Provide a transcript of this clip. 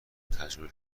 تجربه